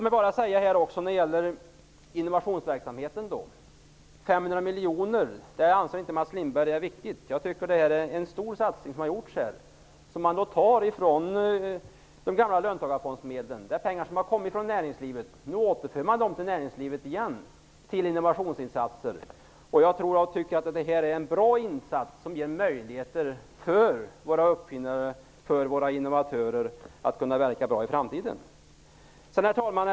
När det gäller innovationsverksamheten anser Mats Lindberg inte att 500 miljoner är viktigt. Jag tycker att det är en stor satsning som har gjorts här och som man tar från de gamla löntagarafondsmedlen. Det är pengar som har kommit från näringslivet. Nu återför man dem till näringslivet, till innovationsinsatser. Jag tycker att det här är en bra insats, som ger möjligheter för våra uppfinnare och våra innovatörer att verka bra i framtiden. Herr talman!